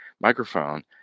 microphone